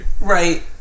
Right